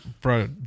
Bro